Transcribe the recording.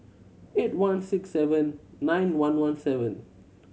eight one six seven nine one one seven